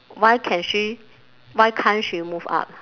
why can she why can't she move up